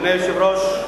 אדוני היושב-ראש,